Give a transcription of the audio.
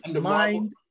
mind